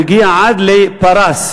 הוא הגיע עד לפרס,